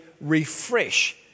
refresh